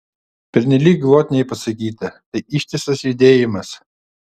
pernelyg glotniai pasakyta tai ištisas judėjimas